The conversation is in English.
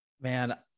Man